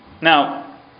Now